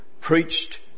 preached